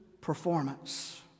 performance